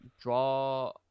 draw